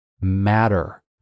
matter